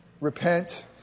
Repent